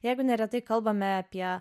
jeigu neretai kalbame apie